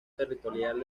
territorial